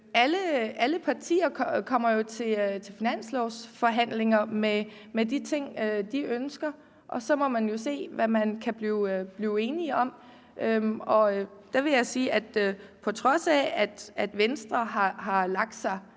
Alle partier kommer jo til finanslovsforhandlinger med de ting, de ønsker, og så må man jo se, hvad man kan blive enige om. Der vil jeg sige, at på trods af at Venstre har lagt sig